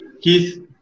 Keith